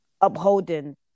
upholding